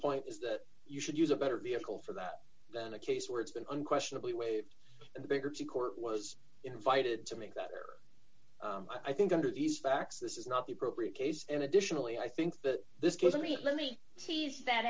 point is that you should use a better vehicle for that than a case where it's been unquestionably waived d and bigger to court was invited to make that or i think under these facts this is not the appropriate case and additionally i think that this case i mean let me tease that